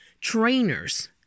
trainers